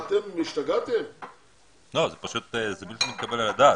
זה בלתי מתקבל על הדעת.